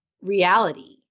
reality